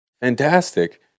fantastic